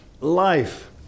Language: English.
life